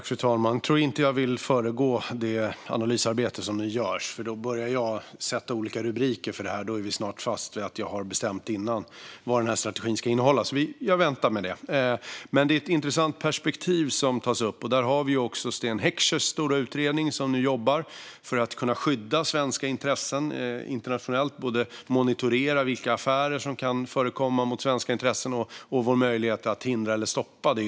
Fru talman! Jag tror inte att jag vill föregå det analysarbete som nu görs. Börjar jag att sätta olika rubriker för detta är vi snart fast i att jag har bestämt innan vad strategin ska innehålla. Jag väntar med det. Det är ett intressant perspektiv som tas upp. Där har vi också Sten Heckschers stora utredning som nu jobbar för att kunna skydda svenska intressen internationellt. Det handlar om både att monitorera vilka affärer som kan förekomma mot svenska intressen och vår möjlighet att hindra eller ytterst stoppa det.